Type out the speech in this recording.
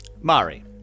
Mari